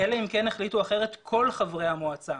"אלא אם כן החליטו אחרת כל חברי המועצה".